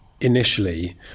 initially